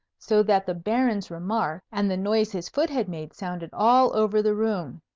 so that the baron's remark and the noise his foot had made sounded all over the room.